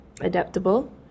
adaptable